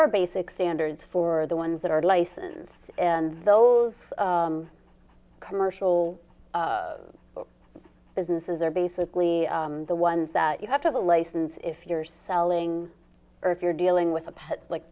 are basic standards for the ones that are licensed and those commercial businesses are basically the ones that you have to license if you're selling or if you're dealing with a pet like